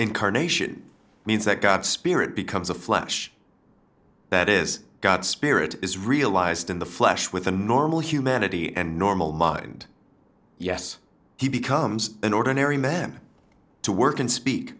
incarnation means that god's spirit becomes a flesh that is god's spirit is realized in the flesh with a normal humanity and normal mind yes he becomes an ordinary man to work and spe